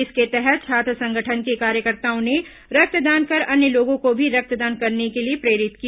इसके तहत छात्र संगठन के कार्यकर्ताओं ने रक्तदान कर अन्य लोगों को भी रक्तदान करने के लिए प्रेरित किया